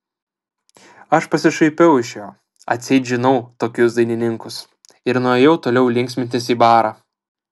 aš pasišaipiau iš jo atseit žinau tokius dainininkus ir nuėjau toliau linksmintis į barą